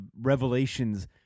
revelations